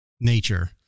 nature